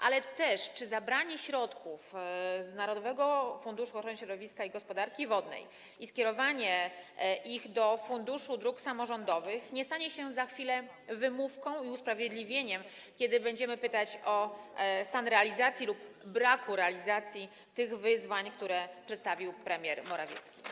Ale też czy zabranie środków z Narodowego Funduszu Ochrony Środowiska i Gospodarki Wodnej i skierowanie ich do Funduszu Dróg Samorządowych nie stanie się za chwilę wymówką i usprawiedliwieniem, kiedy będziemy pytać o stan realizacji lub brak realizacji tych wyzwań, które przedstawił premier Morawiecki?